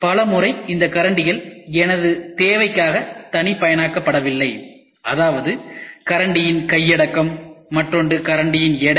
பல முறை இந்த கரண்டிகள் எனது தேவைக்காக தனிப்பயனாக்கப்படவில்லை அதாவது கரண்டியின் கையடக்கம் மற்றொன்று கரண்டியின் எடை